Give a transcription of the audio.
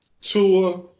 Tua